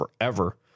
forever